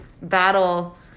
battle